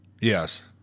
Yes